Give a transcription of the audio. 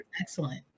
excellent